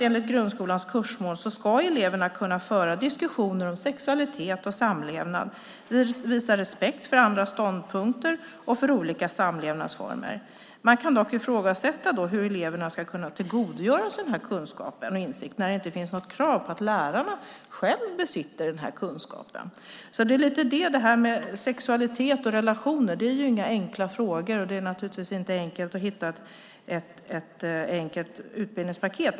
Enligt grundskolans kursmål ska eleverna kunna föra diskussioner om sexualitet och samlevnad och visa respekt för andra ståndpunkter och olika samlevnadsformer. Man kan dock ifrågasätta hur eleverna ska kunna tillgodogöra sig den här kunskapen och insikten när det inte finns något krav på att lärarna själva besitter denna kunskap. Sexualitet och relationer är inga enkla frågor. Det är naturligtvis inte enkelt att hitta ett enkelt utbildningspaket.